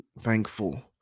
thankful